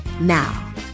Now